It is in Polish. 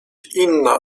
inna